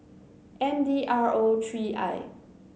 M D R O three I